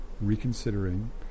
reconsidering